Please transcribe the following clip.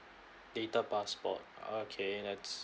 data passport okay that's